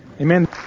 Amen